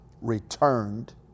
returned